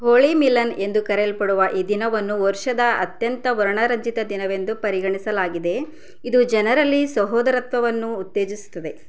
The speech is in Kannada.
ಹೋಳಿ ಮಿಲನ್ ಎಂದು ಕರೆಯಲ್ಪಡುವ ಈ ದಿನವನ್ನು ವರ್ಷದ ಅತ್ಯಂತ ವರ್ಣರಂಜಿತ ದಿನವೆಂದು ಪರಿಗಣಿಸಲಾಗಿದೆ ಇದು ಜನರಲ್ಲಿ ಸಹೋದರತ್ವವನ್ನು ಉತ್ತೇಜಿಸುತ್ತದೆ